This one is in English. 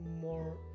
more